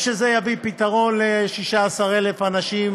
פתרון ל-16,000 אנשים